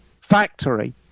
factory